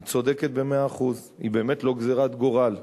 היא צודקת במאה אחוז: היא באמת לא גזירת גורל,